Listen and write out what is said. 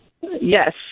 Yes